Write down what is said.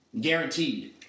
Guaranteed